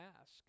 ask